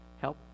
help